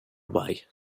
away